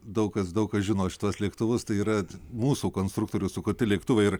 daug kas daug kas žino šituos lėktuvus tai yra mūsų konstruktorių sukurti lėktuvai ir